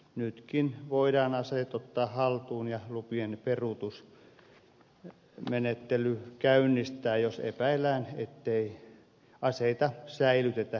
nytkin voidaan aseet ottaa haltuun ja lupien peruutusmenettely käynnistää jos epäillään ettei aseita säilytetä asianmukaisesti